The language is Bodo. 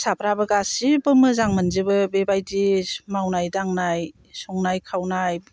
फिसाफ्राबो गासैबो मोजां मोनजोबो बेबायदि मावनाय दांनाय संनाय खावनाय